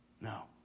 No